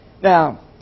Now